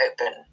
open